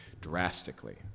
drastically